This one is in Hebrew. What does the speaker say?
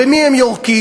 במי הם יורקים?